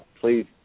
please